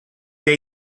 they